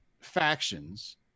factions